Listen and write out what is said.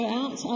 out